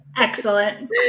Excellent